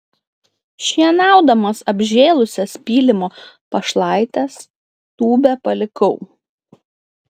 šienaudamas apžėlusias pylimo pašlaites tūbę palikau